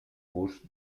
busts